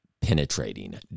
penetrating